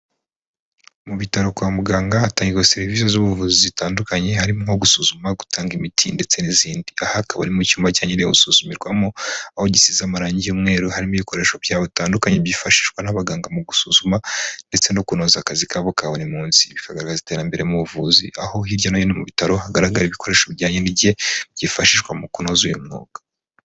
Mu bitaro kwa muganga hatangirwagwa serivise z'ubuvuzi zitandukanye harimo nko gusuzuma, gutanga imiti ndetse n'izindi, aha akaba ari mu cyumba cyagenewe gusuzumirwamo aho gisize amaranye y'umweru, harimo ibikoresho byaho bitandukanye byifashishwa n'abaganga mu gusuzuma ndetse no kunoza akazi kabo ka buri munsi, ibi bikagara iterambere mu buvuzi aho hirya no hino mu bitaro hagaragara ibikoresho bijyanye n'igihe byifashishwa mu kunoza uyu mwuga.